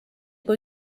kui